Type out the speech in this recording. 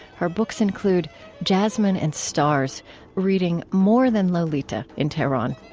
her books include jasmine and stars reading more than lolita in tehran.